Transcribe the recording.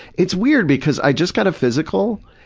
it's weird, because i just got a physical,